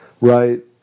right